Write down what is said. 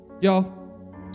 Y'all